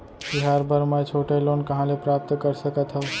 तिहार बर मै छोटे लोन कहाँ ले प्राप्त कर सकत हव?